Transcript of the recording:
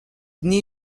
knee